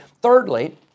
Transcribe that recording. Thirdly